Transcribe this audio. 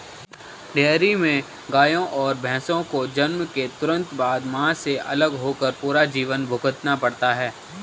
dairy में गायों और भैंसों को जन्म के तुरंत बाद, मां से अलग होकर पूरा जीवन भुगतना पड़ता है